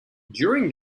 during